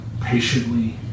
patiently